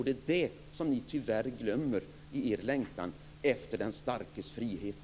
Det är det ni tyvärr glömmer i er längtan efter den starkes frihet.